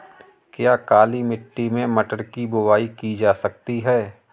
क्या काली मिट्टी में मटर की बुआई की जा सकती है?